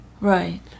Right